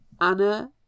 Anna